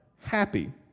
happy